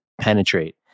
penetrate